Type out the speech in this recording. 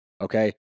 okay